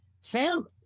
Sam